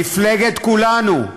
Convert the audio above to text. מפלגת כולנו,